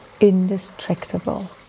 indestructible